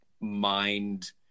mind